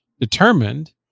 determined